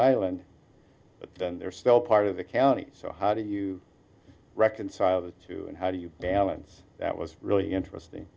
island but they're still part of the county so how do you reconcile those two and how do you balance that was really interesting